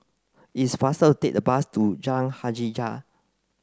is faster take the bus to Jalan Hajijah